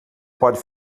pode